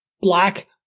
black